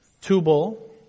Tubal